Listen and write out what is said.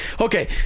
Okay